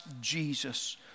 Jesus